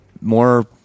more